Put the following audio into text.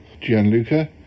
Gianluca